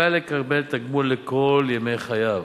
זכאי לקבל תגמול לכל ימי חייו,